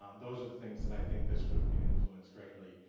um those are the things that i think this group can influence greatly.